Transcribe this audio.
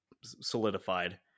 solidified